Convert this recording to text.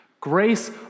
grace